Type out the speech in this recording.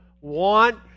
want